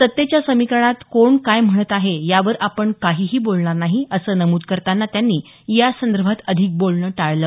सत्तेच्या समीकरणात कोण काय म्हणत आहे यावर आपण काहीही बोलणार नाही असं नमुद करताना त्यांनी या संदर्भात अधिक बोलणं टाळलं